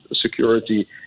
security